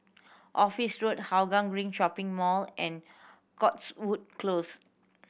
Office Road Hougang Green Shopping Mall and Cotswold Close